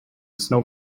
snow